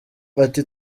ati